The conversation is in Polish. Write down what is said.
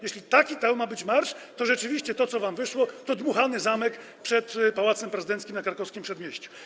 Jeśli taki to ma być marsz, to rzeczywiście to, co wam wyszło, to dmuchany zamek przed Pałacem Prezydenckim na Krakowskim Przedmieściu.